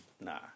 nah